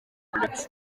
felix